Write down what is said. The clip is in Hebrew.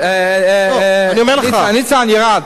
זה ירד, ניצן, ירד.